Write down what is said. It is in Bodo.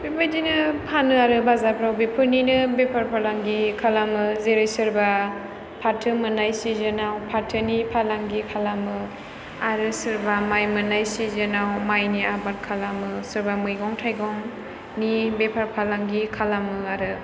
बेबायदिनो फानो आरो बाजारफ्राव बेफोरनिनो बेफार फालांगि खालामो जेरै सोरबा फाथो मोननाय सिजोनाव फाथोनि फालांगि खालामो आरो सोरबा माइ मोननाय सिजोनआव माइनि आबाद खालामो सोरबा मैगं थाइगंनि बेफार फालांगि खालामो आरो